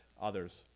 others